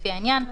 לפי העניין,